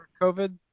covid